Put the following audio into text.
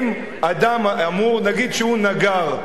נגיד שהוא נגר,